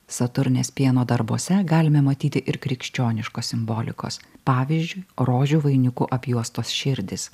saturnės pieno darbuose galime matyti ir krikščioniškos simbolikos pavyzdžiui rožių vainiku apjuostos širdys